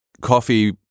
coffee